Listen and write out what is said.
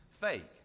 fake